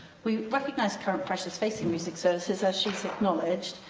we recognise current pressures facing music services, as she's acknowledged,